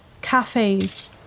cafes